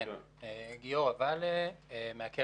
שלוש